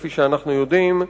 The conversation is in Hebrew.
כפי שאנחנו יודעים,